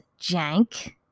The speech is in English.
jank